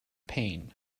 pain